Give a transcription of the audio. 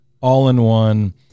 all-in-one